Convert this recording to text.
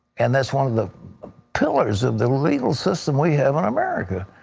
and that's one of the pillars of the legal system we have in america.